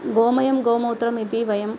गोमयं गोमूत्रमिति वयं